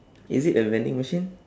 is it a vending machine